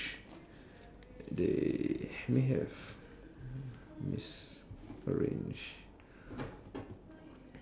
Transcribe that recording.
two blue four green hmm so for us we both have a lot of green hmm cause